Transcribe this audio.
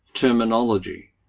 terminology